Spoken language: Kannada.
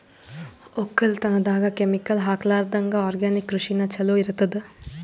ಒಕ್ಕಲತನದಾಗ ಕೆಮಿಕಲ್ ಹಾಕಲಾರದಂಗ ಆರ್ಗ್ಯಾನಿಕ್ ಕೃಷಿನ ಚಲೋ ಇರತದ